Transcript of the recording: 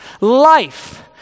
Life